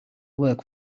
work